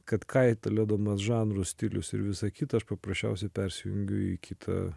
kad kaitaliodamas žanrus stilius ir visa kita aš paprasčiausiai persijungiu į kitą